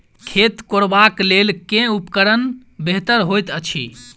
खेत कोरबाक लेल केँ उपकरण बेहतर होइत अछि?